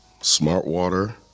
Smartwater